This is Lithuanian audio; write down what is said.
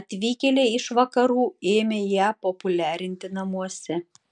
atvykėliai iš vakarų ėmė ją populiarinti namuose